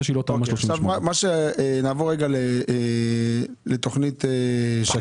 של תמ"א 38. נעבור רגע לתוכנית שקד.